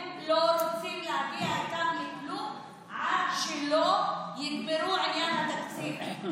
הם לא רוצים להגיע איתם לכלום עד שלא יגמרו את עניין התקציב,